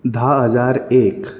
धा हजार एक